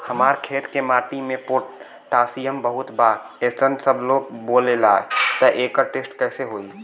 हमार खेत के माटी मे पोटासियम बहुत बा ऐसन सबलोग बोलेला त एकर टेस्ट कैसे होई?